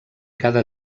cada